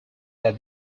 that